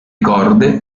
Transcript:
corde